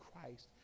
Christ